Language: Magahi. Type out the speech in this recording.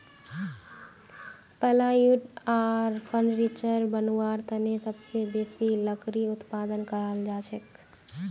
प्लाईवुड आर फर्नीचर बनव्वार तने सबसे बेसी लकड़ी उत्पादन कराल जाछेक